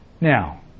Now